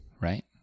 right